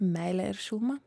meilė ir šiluma